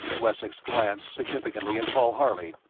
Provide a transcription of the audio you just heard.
wessex glanced significantly at paul harley.